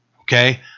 okay